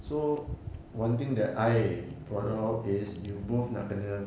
so one thing that I brought out is you both nak kena